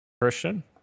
Christian